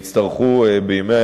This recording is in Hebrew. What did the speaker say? יצטרכו בימי